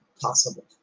possible